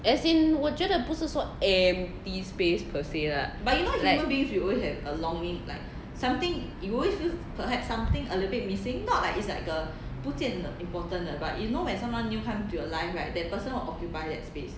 as in 我觉得不是 so empty space per se lah like